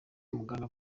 muganga